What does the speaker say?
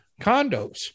condos